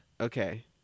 Okay